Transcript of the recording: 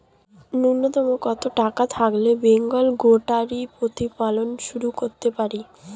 নূন্যতম কত টাকা থাকলে বেঙ্গল গোটারি প্রতিপালন শুরু করতে পারি?